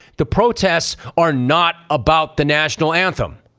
the protests are not about the national anthem.